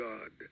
God